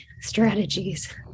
strategies